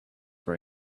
were